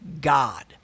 God